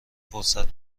فرصت